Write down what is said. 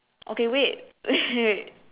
okay wait wait wait